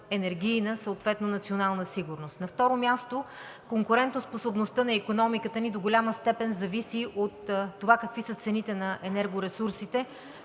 енергийна, съответно национална сигурност. На второ място, конкурентоспособността на икономиката ни до голяма степен зависи от това какви са цените на енергоресурсите,